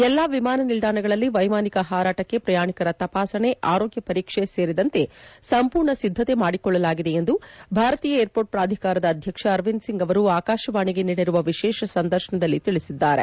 ಎಲ್ಲ ವಿಮಾನ ನಿಲ್ದಾಣಗಳಲ್ಲಿ ವೈಮಾನಿಕ ಹಾರಾಟಕ್ಕೆ ಪ್ರಯಾಣಿಕರ ತಪಾಸಣೆ ಅರೋಗ್ಡ ಪರೀಕ್ಷೆ ಸೇರಿದಂತೆ ಸಂಮೂರ್ಣ ಸಿದ್ಧತೆ ಮಾಡಿಕೊಳ್ಳಲಾಗಿದೆ ಎಂದು ಭಾರತೀಯ ಏರ್ಮೋರ್ಟ್ ಪ್ರಾಧಿಕಾರದ ಅಧ್ಯಕ್ಷ ಅರವಿಂದ್ ಸಿಂಗ್ ಅವರು ಆಕಾಶವಾಣಿಗೆ ನೀಡಿರುವ ವಿಶೇಷ ಸಂದರ್ಶನದಲ್ಲಿ ತಿಳಿಸಿದ್ದಾರೆ